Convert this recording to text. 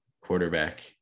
quarterback